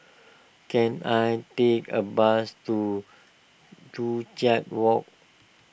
can I take a bus to Joo Chiat Walk